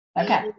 Okay